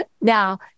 Now